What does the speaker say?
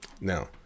now